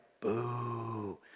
Boo